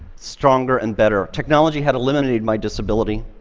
stronger and better. technology had eliminated my disability,